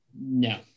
no